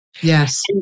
Yes